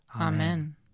Amen